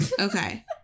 Okay